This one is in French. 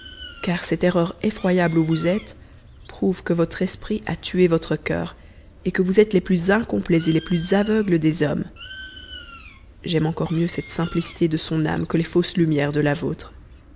car cette erreur effroyable où vous êtes prouve que votre esprit a tué votre cur et que vous êtes les plus incomplets et les plus aveugles des hommes j'aime encore mieux cette simplicité de son âme que les fausses lumières de la vôtre